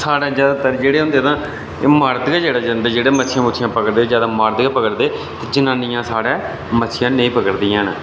साढ़े जादैतर जेह्ड़े होंदे तां एह् मर्द गै जादै जंदे एह् जेह्ड़ियां मच्छियां पकड़दे तां मर्द गै पकड़दे जनानियां साढ़े मच्छियां नेईं पकड़दियां न